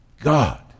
God